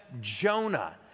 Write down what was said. Jonah